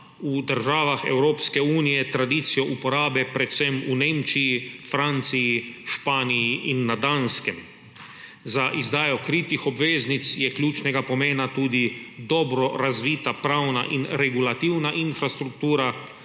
v državah Evropske unije tradicijo uporabe, predvsem v Nemčiji, Franciji, Španiji in na Danskem. Za izdajo kritih obveznic je ključnega pomena tudi dobro razvita pravna in regulativna infrastruktura,